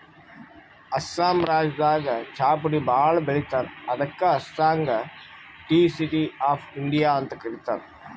ಅಸ್ಸಾಂ ರಾಜ್ಯದಾಗ್ ಚಾಪುಡಿ ಭಾಳ್ ಬೆಳಿತಾರ್ ಅದಕ್ಕ್ ಅಸ್ಸಾಂಗ್ ಟೀ ಸಿಟಿ ಆಫ್ ಇಂಡಿಯಾ ಅಂತ್ ಕರಿತಾರ್